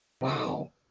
Wow